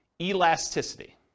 elasticity